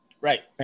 right